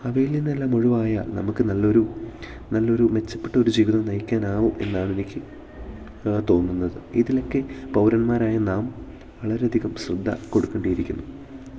അവയിൽ നിന്ന് എല്ലാം ഒഴിവായാൽ നമുക്ക് നല്ലൊരു നല്ലൊരു മെച്ചപ്പെട്ട ഒരു ജീവിതം നയിക്കാനാവും എന്നാണ് എനിക്ക് തോന്നുന്നത് ഇതിൽ ഒക്കെ പൗരന്മാരായ നാം വളരെ അധികം ശ്രദ്ധ കൊടുക്കേണ്ടി ഇരിക്കുന്നു